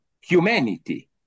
humanity